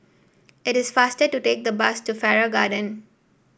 it is faster to take the bus to Farrer Garden